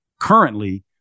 currently